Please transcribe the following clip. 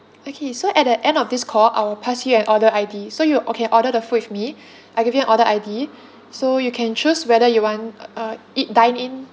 okay so at the end of this call I will pass you an order I_D so you or~ can order the food with me I give you an order I_D so you can choose whether you want uh eat dine in